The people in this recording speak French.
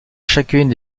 chacune